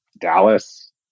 Dallas